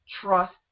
trust